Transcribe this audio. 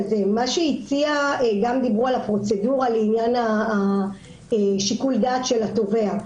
דיברו גם על הפרוצדורה לעניין שיקול הדעת של התובע.